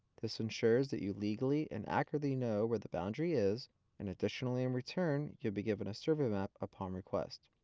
this ensures that you legally and accurately know where the boundary is and additionally in return, you will be given a survey map upon request.